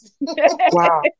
Wow